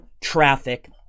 traffic